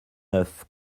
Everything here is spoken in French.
neuf